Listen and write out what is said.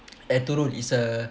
it is a